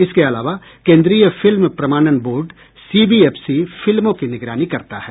इसके अलावा केंद्रीय फिल्म प्रमाणन बोर्ड सीबीएफसी फिल्मों की निगरानी करता है